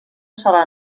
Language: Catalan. sola